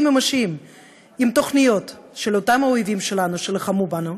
ממשיים עם תוכניות של אותם האויבים שלנו שלחמו בנו,